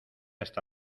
está